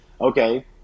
Okay